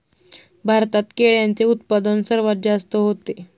भारतात केळ्यांचे उत्पादन सर्वात जास्त होते